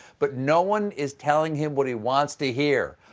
but no one is telling him what he wants to hear.